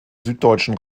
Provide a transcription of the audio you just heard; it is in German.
süddeutschen